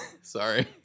Sorry